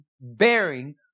bearing